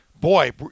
boy